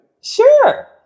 Sure